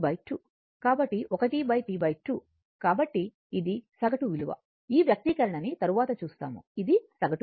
కాబట్టి 1 T 2 కాబట్టి ఇది సగటు విలువ ఈ వ్యక్తీకరణని తరువాత చూస్తాము ఇది సగటు విలువ